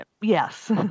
yes